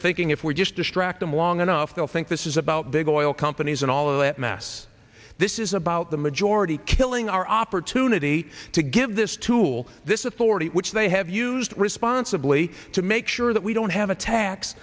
even thinking if we just distract them long enough they'll think this is about big oil companies and all of that mess this is about the majority killing our opportunity to give this tool this authority which they have used responsibly to make sure that we don't have attacks